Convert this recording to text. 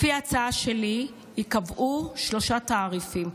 לפי ההצעה שלי ייקבעו שלושה תעריפים,